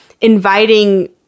inviting